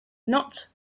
not